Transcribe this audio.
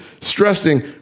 stressing